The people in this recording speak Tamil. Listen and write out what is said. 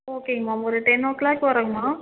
ஓகேங்க மேம் ஒரு டென் ஓ கிளாக் வர்ரோங்க மேம்